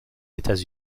etats